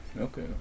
Okay